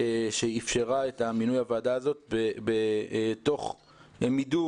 שאפשרה את מינוי הוועדה הזאת תוך מידור